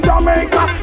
Jamaica